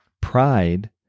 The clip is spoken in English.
Pride